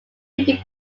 reading